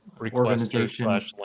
organization